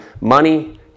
money